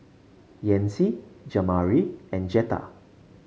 Yancy Jamari and Jetta